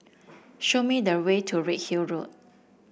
show me the way to Redhill Road